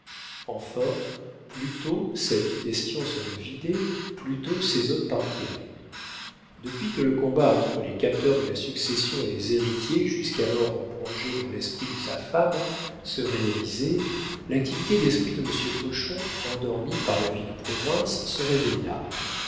enfin plus tôt cette question serait vidée plus tôt ses hôtes partiraient depuis que le combat entre les capteurs de la succession et les héritiers jusqu'alors en projet dans l'esprit de sa femme se réalisait l'activité d'esprit de monsieur hochon endormie par la vie de province se réveilla